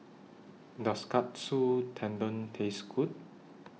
Does Katsu Tendon Taste Good